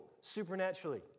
supernaturally